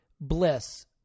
bliss